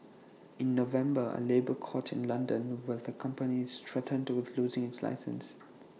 in November A labour court in London where the company is threatened with losing its license